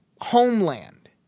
homeland